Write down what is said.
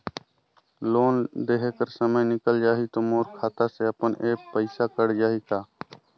Loan देहे कर समय निकल जाही तो मोर खाता से अपने एप्प पइसा कट जाही का?